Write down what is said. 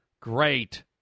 Great